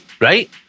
right